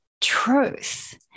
truth